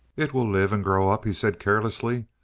it will live and grow up, he said carelessly.